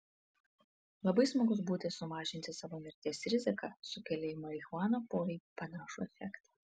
labai smagus būdas sumažinti savo mirties riziką sukelia į marihuaną poveikį panašų efektą